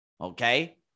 okay